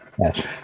yes